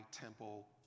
temple